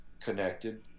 connected